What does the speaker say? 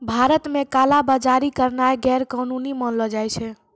भारत मे काला बजारी करनाय गैरकानूनी मानलो जाय छै